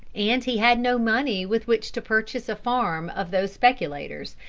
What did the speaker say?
and he had no money with which to purchase a farm of those speculators,